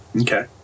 Okay